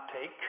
Take